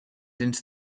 into